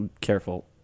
careful